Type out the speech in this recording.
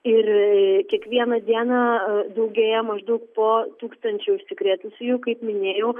ir kiekvieną dieną daugėja maždaug po tūkstančiu užsikrėtusiųjų kaip minėjau